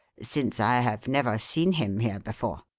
since i have never seen him here before.